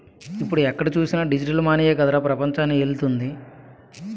ఇప్పుడు ఎక్కడ చూసినా డిజిటల్ మనీయే కదరా పెపంచాన్ని ఏలుతోంది